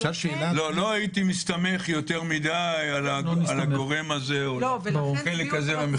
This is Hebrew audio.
לא הייתי מסתמך יותר מדי על הגורם הזה או על החלק הזה במחקר.